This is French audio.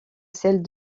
celles